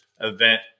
event